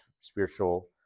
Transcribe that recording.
spiritual